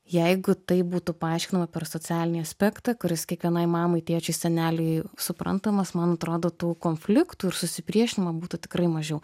jeigu tai būtų paaiškinama per socialinį aspektą kuris kiekvienai mamai tėčiui seneliui suprantamas man atrodo tų konfliktų ir susipriešinimo būtų tikrai mažiau